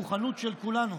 המוכנות של כולנו.